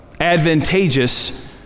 advantageous